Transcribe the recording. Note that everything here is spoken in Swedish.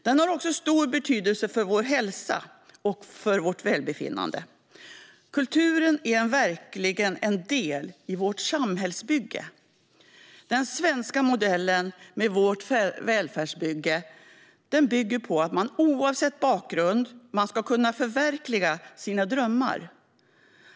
Den har också stor betydelse för vår hälsa och vårt välbefinnande. Kulturen är verkligen en del i vårt samhällsbygge. Den svenska modellen med vårt välfärdsbygge bygger på att man oavsett bakgrund ska kunna förverkliga sina drömmar.